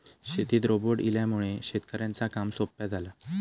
शेतीत रोबोट इल्यामुळे शेतकऱ्यांचा काम सोप्या झाला